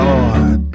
Lord